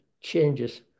changes